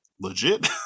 legit